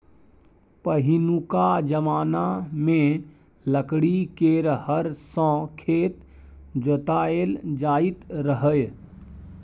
पहिनुका जमाना मे लकड़ी केर हर सँ खेत जोताएल जाइत रहय